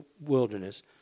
wilderness